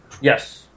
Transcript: Yes